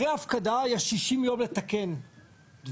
אחרי הפקדה יש 60 יום לתקן דברים.